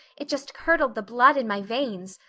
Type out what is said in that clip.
it just curdled the blood in my veins.